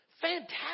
Fantastic